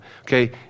Okay